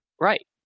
Right